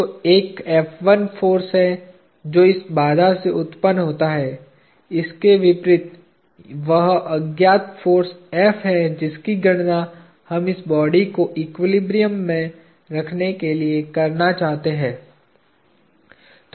तो एक फोर्स है जो इस बाधा से उत्पन्न होता है इसके विपरीत वह अज्ञात फोर्स है जिसकी गणना हम इस बॉडी को एक्विलिब्रियम में रखने के लिए करना चाहते हैं